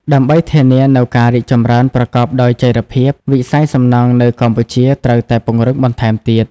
ដើម្បីធានានូវការរីកចម្រើនប្រកបដោយចីរភាព វិស័យសំណង់នៅកម្ពុជាត្រូវតែពង្រឹងបន្ថែមទៀត។